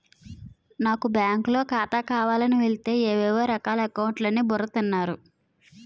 నాకు బాంకులో ఖాతా కావాలని వెలితే ఏవేవో రకాల అకౌంట్లు అని బుర్ర తిన్నారు